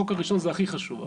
החוק הראשון זה הכי חשוב,